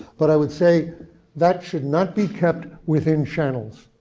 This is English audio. but i would say that should not be kept within channels.